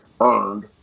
earned